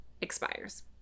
expires